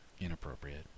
inappropriate